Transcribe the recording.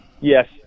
Yes